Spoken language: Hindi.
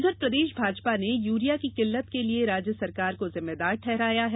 इधर प्रदेश भाजपा ने यूरिया की किल्लत के लिए राज्य सरकार को जिम्मेदार ठहराया है